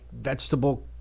vegetable